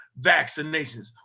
vaccinations